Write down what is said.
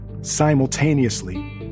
Simultaneously